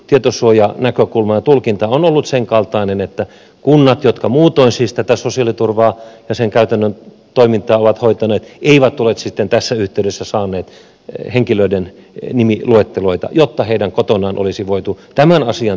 tietosuojanäkökulma ja tulkinta on ollut sen kaltainen että kunnat jotka muutoin siis tätä sosiaaliturvaa ja sen käytännön toimintaa ovat hoitaneet eivät ole sitten tässä yhteydessä saaneet henkilöiden nimiluetteloita jotta heidän kotonaan olisi voitu tämän asian tiimoilta käydä